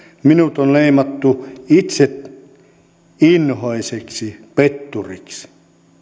minut on leimattu itseinhoiseksi petturiksi